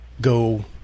go